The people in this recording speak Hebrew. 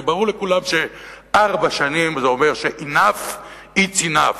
כי ברור לכולם שארבע שנים זה אומר ש- enough is enough,